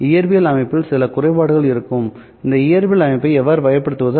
இயற்பியல் அமைப்பில் சில குறைபாடுகள் இருக்கும் இந்த இயற்பியல் அமைப்பை எவ்வாறு வகைப்படுத்துவது